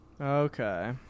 Okay